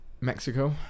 Mexico